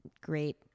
great